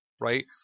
right